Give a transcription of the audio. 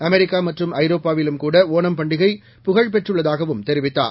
அமெரிக்காமற்றும்ஐரோப்பாவிலும்கூட ஓணம்பண்டிகைபு கழ்பெற்றுள்ளதாகவும்தெரிவித்தார்